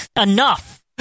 enough